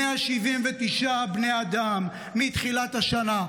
179 בני אדם מתחילת השנה,